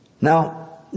Now